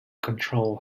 control